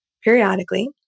Periodically